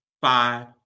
Five